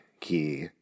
key